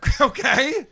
Okay